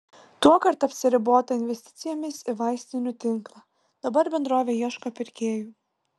tuokart apsiribota investicijomis į vaistinių tinklą dabar bendrovė ieško pirkėjų